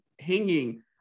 hanging